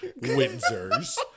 Windsors